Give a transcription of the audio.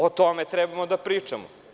O tome treba da pričamo.